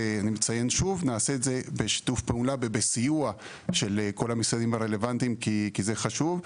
נעשה זאת בשיתוף פעולה ובסיוע של כל המשרדים הרלוונטיים כי זה חשוב,